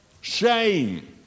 shame